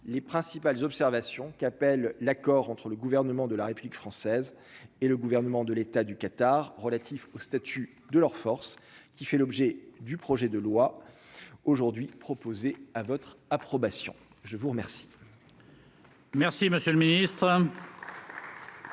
les principales observations qu'appelle l'accord entre le gouvernement de la République française et le gouvernement de l'État du Qatar relatif au statut de leurs forces, qui fait l'objet du projet de loi aujourd'hui proposer à votre approbation, je vous remercie. Merci, monsieur le Ministre.